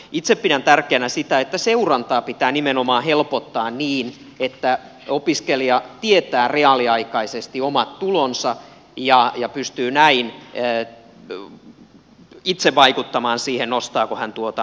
itse pidän tärkeänä sitä että seurantaa pitää nimenomaan helpottaa niin että opiskelija tietää reaaliaikaisesti omat tulonsa ja pystyy näin itse vaikuttamaan siihen nostaako opintotukea